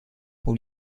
pour